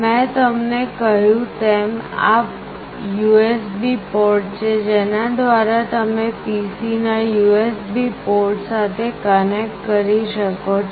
મેં તમને કહ્યું તેમ આ USB પોર્ટ છે જેના દ્વારા તમે PC ના USB પોર્ટ સાથે કનેક્ટ કરી શકો છો